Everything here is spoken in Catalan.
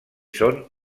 són